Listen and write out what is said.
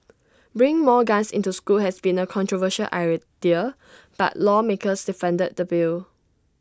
bringing more guns into school has been A controversial idea but lawmakers defended the bill